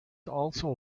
also